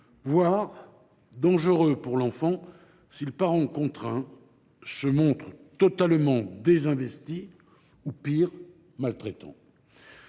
voire dangereux pour l’enfant si le parent contraint se montre totalement désinvesti ou, pire, maltraitant.